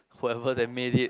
whoever that made it